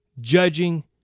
judging